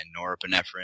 norepinephrine